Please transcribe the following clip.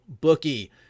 Bookie